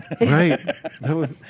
Right